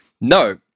No